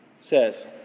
Says